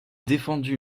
défendu